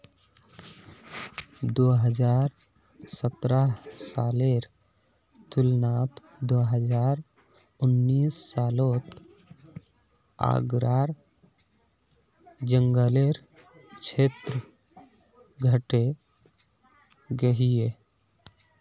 दो हज़ार सतरह सालेर तुलनात दो हज़ार उन्नीस सालोत आग्रार जन्ग्लेर क्षेत्र घटे गहिये